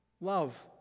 Love